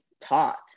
taught